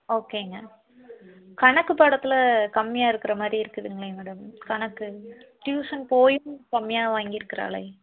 ஓகேங்க கணக்கு பாடத்தில் கம்மியாக இருக்கிறமாரி இருக்குதுங்களே மேடம் கணக்கு டியூஷன் போயும் கம்மியாக வாங்கிருக்கிறாளே